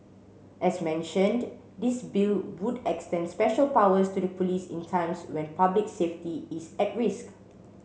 as mentioned this bill would extend special powers to the police in times when public safety is at risk